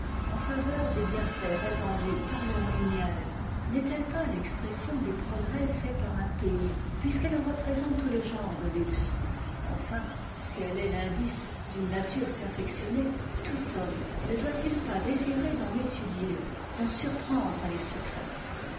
en faveur des bienfaits répandus par leurs lumières n'est-elle pas l'expression des progrès faits par un pays puisqu'elle en représente tous les genres de luxe enfin si elle est l'indice d'une nature perfectionnée tout homme ne doit-il pas désirer d'en étudier d'en surprendre les secrets